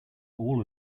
all